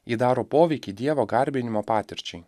ji daro poveikį dievo garbinimo patirčiai